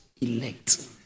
elect